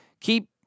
keep